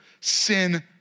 sin